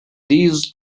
these